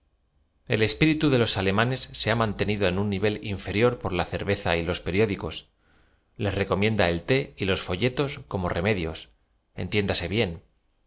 l espíritu de loa alemanes ae ha mantenido en un n ivel inferior por la cerveza y loa periódicos les recomienda el te y los folletos como remedios entién dase bien